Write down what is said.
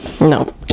No